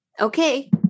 Okay